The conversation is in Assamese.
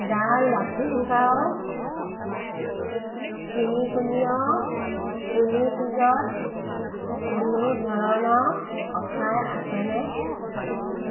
দ্যা লাফিং কাও তিনিকোণীয় ক্ৰিমি চীজত কোনো ধৰণৰ অফাৰ আছেনে